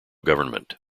government